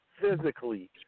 physically –